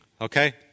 okay